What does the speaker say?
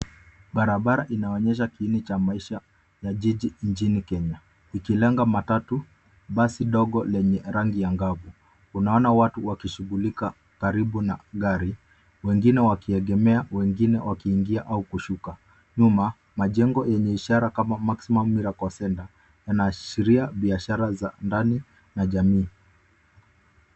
Barabara inaonyesha kiini cha maisha nchini Kenya ililenga matatu basi ndogo lenye rangi angavu. Unaona watu wakishughulika karibu na gari wengine wakielekea wengine wakiingia au kushuka. Nyuma majengo yenye majengo kama Maximum miracle centre inaashiria biashara za ndani na jamii.